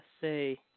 say